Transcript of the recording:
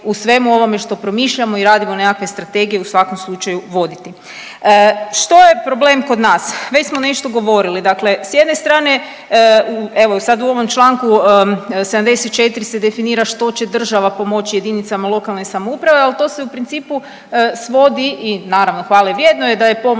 u svemu ovome što promišljamo i radimo nekakve strategije u svakom slučaju voditi. Što je problem kod nas? Već smo nešto govorili, dakle s jedne strane evo i sad u ovom Članku 74. se definira što će država pomoći jedinicama lokalne samouprave, al to se u principu svodi i naravno hvale vrijedno je da je pomoć